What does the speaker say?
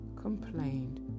complained